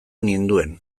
ninduen